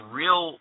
real –